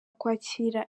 kwakira